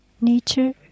nature